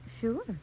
Sure